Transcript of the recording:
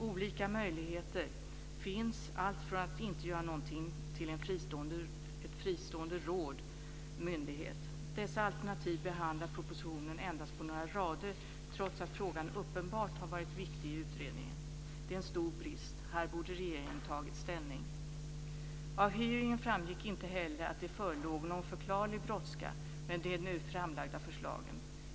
Olika möjligheter finns, alltifrån att inte göra någonting till ett fristående råd eller en fristående myndighet. Dessa alternativ behandlar propositionen endast på några rader trots att frågan uppenbart har varit viktig i utredningen. Det är en stor brist. Här borde regeringen tagit ställning. Av hearingen framgick inte heller att det förelåg någon förklarlig brådska med de nu framlagda förslagen.